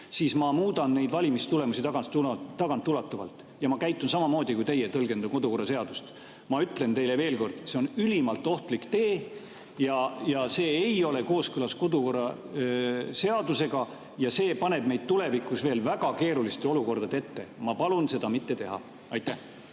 ma muudan [hääletus]tulemusi tagasiulatuvalt ja käitun samamoodi kui teie, tõlgendan [samamoodi] kodukorra seadust. Ma ütlen teile veel kord: see on ülimalt ohtlik tee ja see ei ole kooskõlas kodukorra seadusega ja see paneb meid tulevikus veel väga keeruliste olukordade ette. Ma palun seda mitte teha. Aitäh!